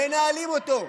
מנהלים אותו.